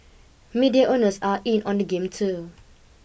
media owners are in on the game too